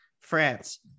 France